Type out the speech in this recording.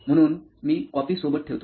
म्हणूनच मी कॉपी सोबत ठेवतो